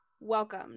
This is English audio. Welcome